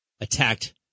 attacked